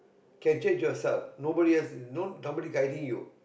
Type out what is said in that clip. can change yourself nobody else no no nobody guiding you